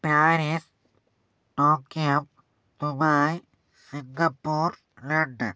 Paris Tokyo Dubai Singapore London